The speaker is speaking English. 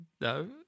No